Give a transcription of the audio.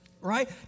Right